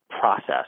process